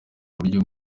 uburyo